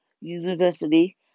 University